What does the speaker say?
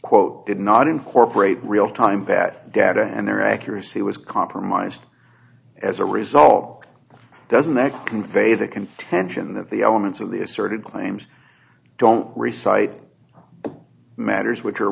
quote did not incorporate real time bad data and their accuracy was compromised as a result doesn't that convey the contention that the elements of the asserted claims don't reciting matters which are